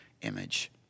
image